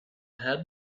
had